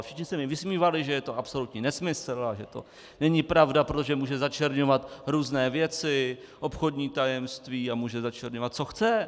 Všichni se mi vysmívali, že je to absolutní nesmysl, že to není pravda, protože může začerňovat různé věci, obchodní tajemství, a může začerňovat, co chce.